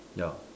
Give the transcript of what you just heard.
ya